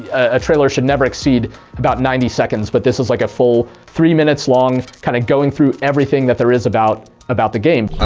a trailer should never exceed about ninety seconds, but this was like a full three minutes long, kind of going through everything that there is about about the game.